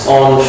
on